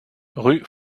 rue